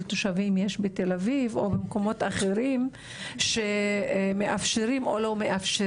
תושבים יש בתל אביב או במקומות אחרים שמאפשרים או לא מאפשרים?